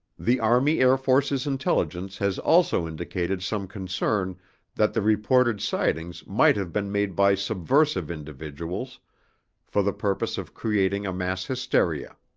the army air forces intelligence has also indicated some concern that the reported sightings might have been made by subversive individuals for the purpose of creating a mass hysteria.